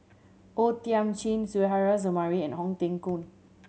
O Thiam Chin Suzairhe Sumari and Ong Teng Koon